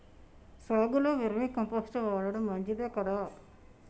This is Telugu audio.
సాగులో వేర్మి కంపోస్ట్ వాడటం మంచిదే కదా?